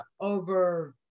over